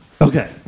Okay